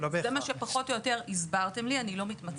זה מה שפחות או יותר הסברתם לי, אני לא מתמצאת.